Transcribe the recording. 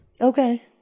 okay